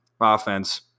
offense